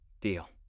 Deal